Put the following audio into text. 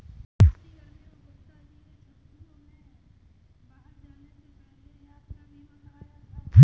पिछली गर्मियों में गुप्ता जी ने छुट्टियों में बाहर जाने से पहले यात्रा बीमा कराया था